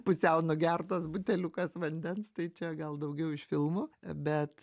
pusiau nugertas buteliukas vandens tai čia gal daugiau iš filmų bet